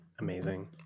amazing